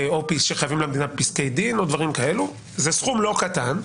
או שחייבים למדינה פסקי דין או דברים כאלו זה סכום לא קטן.